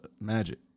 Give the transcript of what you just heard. Magic